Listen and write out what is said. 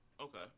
Okay